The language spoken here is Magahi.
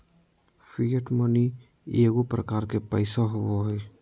फिएट मनी एगो प्रकार के पैसा होबो हइ